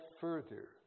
further